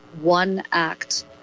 one-act